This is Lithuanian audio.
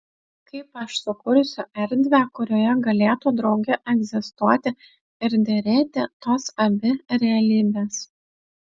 kaip aš sukursiu erdvę kurioje galėtų drauge egzistuoti ir derėti tos abi realybės